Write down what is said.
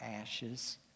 ashes